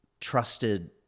trusted